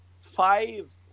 five